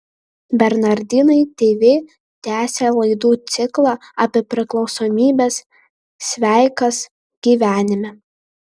bernardinai tv tęsia laidų ciklą apie priklausomybes sveikas gyvenime